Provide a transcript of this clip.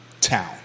Town